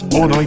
on